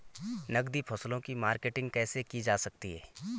नकदी फसलों की मार्केटिंग कैसे की जा सकती है?